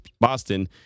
Boston